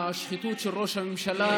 מהשחיתות של ראש הממשלה